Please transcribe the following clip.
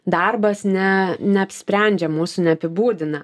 darbas ne neapsprendžia mūsų neapibūdina